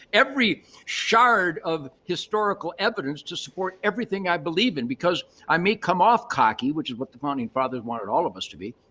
every shard of historical evidence to support everything i believe in because i may come off cocky which is what the founding fathers wanted all of us to be.